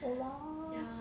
oh !wah!